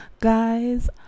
Guys